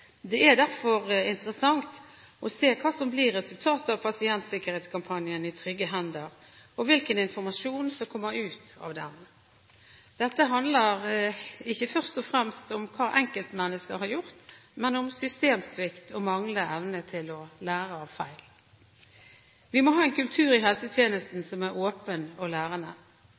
Det er derfor interessant å se hva som blir resultatet av pasientsikkerhetskampanjen «I trygge hender», og hvilken informasjon som kommer ut av den. Dette handler ikke først og fremst om hva enkeltmennesker har gjort, men om systemsvikt og manglende evne til å lære av feil. Vi må ha en kultur i helsetjenesten som er åpen og lærende.